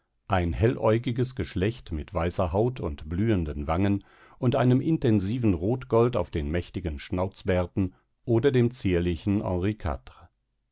ein helläugiges geschlecht mit weißer haut und blühenden wangen und einem intensiven rotgold auf den mächtigen schnauzbärten oder dem zierlichen